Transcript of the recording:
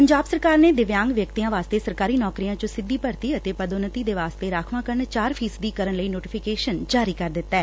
ਪੰਜਾਬ ਸਰਕਾਰ ਨੇ ਦਿਵਿਆਂਗ ਵਿਅਕਤੀਆਂ ਵਾਸਤੇ ਸਰਕਾਰੀ ਨੌਕਰੀਆਂ ਵਿਚ ਸਿੱਧੀ ਭਰਤੀ ਅਤੇ ਪਦ ਉਨਤੀ ਦੇ ਵਾਸਤੇ ਰਾਖਵਾਂਕਰਨ ਚਾਰ ਫ਼ੀਸਦੀ ਕਰਨ ਲਈ ਨੋਟੀਫਿਕੇਸ਼ਨ ਜਾਰੀ ਕਰ ਦਿੱਤੈ